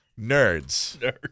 Nerds